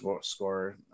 score